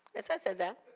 yes, i said that.